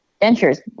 Ventures